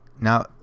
Now